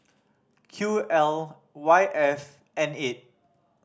Q L Y F N eight